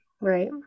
Right